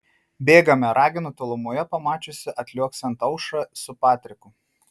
bėgame raginu tolumoje pamačiusi atliuoksint aušrą su patriku